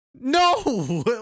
No